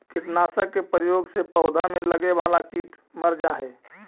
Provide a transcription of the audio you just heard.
कीटनाशक के प्रयोग से पौधा में लगे वाला कीट मर जा हई